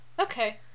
Okay